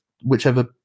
whichever